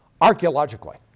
archaeologically